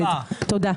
תודה.